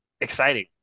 exciting